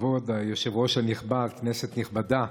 כבוד היושב-ראש הנכבד, כנסת נכבדה,